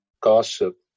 gossip